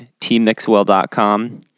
tmixwell.com